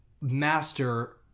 master